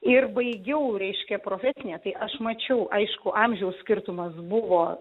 ir baigiau reiškė profesinė tai aš mačiau aišku amžiaus skirtumas buvo